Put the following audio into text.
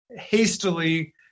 hastily